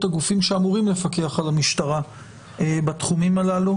הגופים שאמורים לפקח על המשטרה בתחומים הללו.